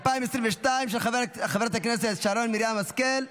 התשפ"ג 2023, של חבר הכנסת אריאל קלנר,